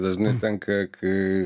dažnai tenka kai